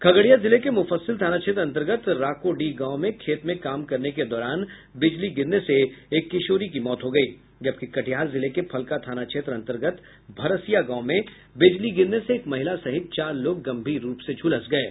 खगड़िया जिले के मुफस्सिल थाना क्षेत्र अंतर्गत राकोडीह गांव में खेत में काम करने के दौरान बिजली गिरने से एक किशोरी की मौत हो गयी जबकि कटिहार जिले के फलका थाना क्षेत्र अंतर्गत भरसिया गांव में बिजली गिरने से एक महिला सहित चार लोग गंभीर रूप से झुलस गये